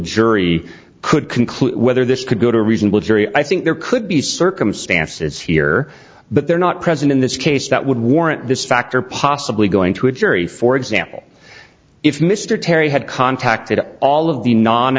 jury could conclude whether this could go to a reasonable jury i think there could be circumstances here but they're not present in this case that would warrant this factor possibly going to a jury for example if mr terry had contacted all of the non